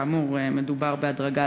כאמור מדובר בהדרגה,